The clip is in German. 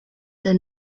der